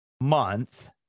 month